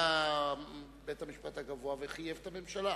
בא בית-המשפט הגבוה וחייב את הממשלה.